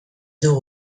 dugu